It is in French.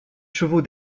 chevaux